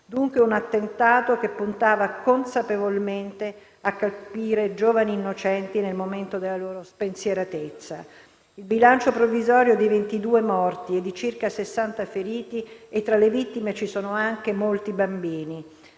dunque, un attentato che puntava consapevolmente a colpire giovani innocenti nel momento della loro spensieratezza. Il bilancio provvisorio è di 22 morti e di circa 60 feriti e, tra le vittime, ci sono anche molti bambini.